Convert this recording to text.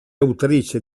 autrice